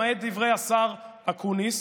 למעט דברי השר אקוניס,